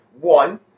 One